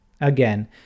Again